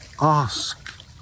Ask